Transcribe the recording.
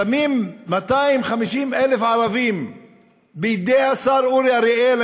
שמים 250,000 ערבים בידי השר אורי אריאל,